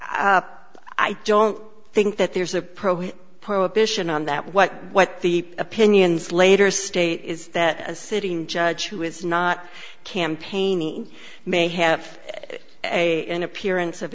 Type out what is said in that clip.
it i don't think that there's a program prohibition on that what what the opinions later state is that a sitting judge who is not campaigning may have a in appearance of